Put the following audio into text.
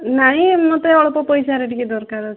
ନାଇଁ ମୋତେ ଅଳ୍ପ ପଇସାରେ ଟିକେ ଦରକାର ଅଛି